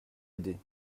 aidés